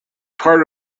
part